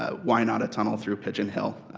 ah why not a tunnel through pigeon hill